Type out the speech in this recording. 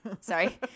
Sorry